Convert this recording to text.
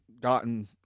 gotten